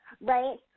right